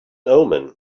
omen